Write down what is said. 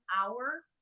hour